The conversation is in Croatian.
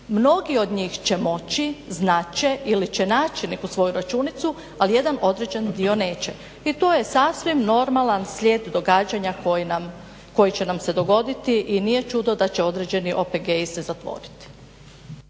mnogi od njih će moći znat će ili će naći neku svoju računicu ali jedan određen dio neće i tu je sasvim normalan slijed događanja koji će nam se dogoditi i nije čudo da će određeni OPG-i zatvoriti.